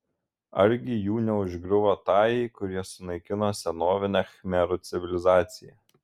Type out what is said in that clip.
argi jų neužgriuvo tajai kurie sunaikino senovinę khmerų civilizaciją